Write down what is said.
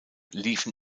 liefen